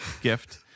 gift